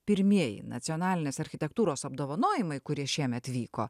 pirmieji nacionalinės architektūros apdovanojimai kurie šiemet vyko